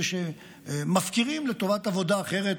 זה שמפקירים לטובת עבודה אחרת,